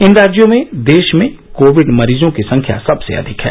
इन राज्यों में देश में कोविड मरीजों की संख्या सबसे अघिक है